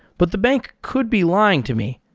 but the bank could be lying to me.